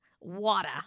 water